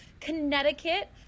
Connecticut